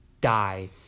die